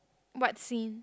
what scene